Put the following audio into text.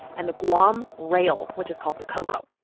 and the guam rail, which is called the ko'ko'.